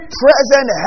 present